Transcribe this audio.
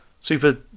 super